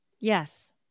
Yes